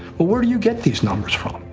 ah where do you get these numbers from?